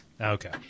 Okay